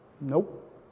Nope